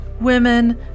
Women